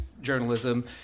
journalism